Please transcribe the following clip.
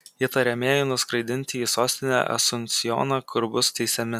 įtariamieji nuskraidinti į sostinę asunsjoną kur bus teisiami